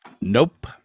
Nope